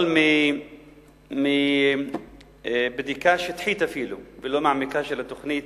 אבל אפילו מבדיקה שטחית ולא מעמיקה של התוכנית